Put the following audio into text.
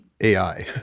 AI